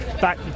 back